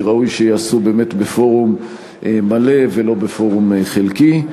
ראוי שדיוניה ייעשו באמת בפורום מלא ולא בפורום חלקי.